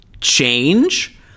change